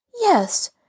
Yes